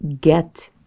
get